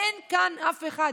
אין כאן אף אחד.